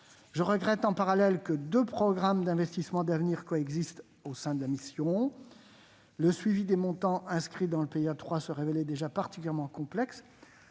Je regrette, en parallèle, que deux programmes d'investissement d'avenir coexistent au sein de la mission. Le suivi des montants inscrits dans le PIA 3 se révélait déjà particulièrement complexe,